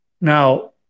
Now